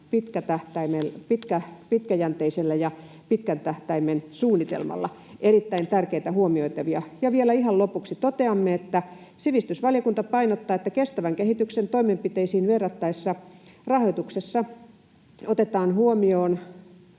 kokonaisvaltaisella pitkän tähtäimen suunnitelmalla.” Erittäin tärkeitä huomioitavia. Vielä ihan lopuksi toteamme: ”Sivistysvaliokunta painottaa, että kestävän kehityksen toimenpiteisiin varattavassa rahoituksessa otetaan huomioon